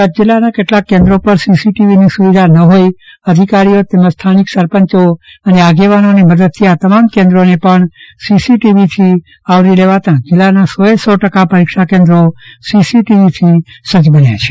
કચ્છ જિલ્લાના કેટલાક કેન્દ્રો પર સીસીટીવીની સુવિધા ન હોઈ અધિકારીઓ તેમજ સ્થાનિક સરપંચો આગેવાનોની મદદથી આ તમામ કેન્દ્રોને પણ સીસીટીવી થી આવરી લેવાતા જિલ્લાના સો એ સો ટકા પરીક્ષા કેન્દ્રો સીસીટીવીથી સજ્જ બન્યા છે